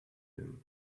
him